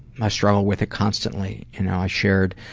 i struggle with it constantly you know i shared